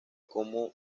como